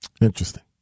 Interesting